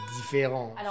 différent